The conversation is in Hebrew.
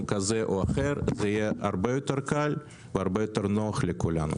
כזה או אחר זה יהיה הרבה יותר קל והרבה יותר נוח לכולם.